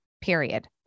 Period